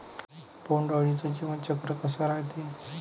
बोंड अळीचं जीवनचक्र कस रायते?